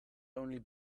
only